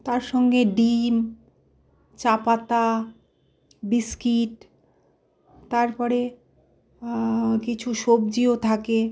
তার সঙ্গে ডিম চা পাতা বিস্কিট তারপরে কিছু সবজিও থাকে